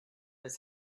his